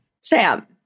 Sam